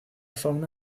fauna